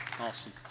Awesome